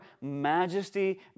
majesty